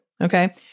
Okay